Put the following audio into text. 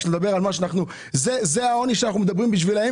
זה העוני שאנחנו מדברים עליו,